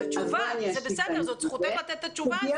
זה תשובה לגיטימית וזכותך לתת את התשובה הזאת.